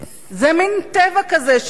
זה מין טבע כזה של דברים.